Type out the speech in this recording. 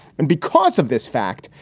and because of this fact,